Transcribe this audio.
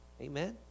Amen